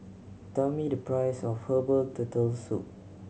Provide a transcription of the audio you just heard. tell me the price of herbal Turtle Soup